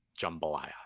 jambalaya